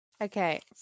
Okay